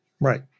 Right